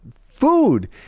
food